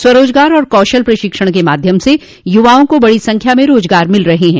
स्वरोजगार और कौशल प्रशिक्षण के माध्यम से युवाओं को बड़ी संख्या में रोजगार मिल रहे हैं